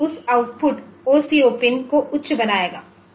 तब उस output pin को उच्च बनाया जाएगा